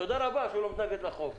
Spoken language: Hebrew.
תודה רבה שהוא לא מתנגד להצעת החוק.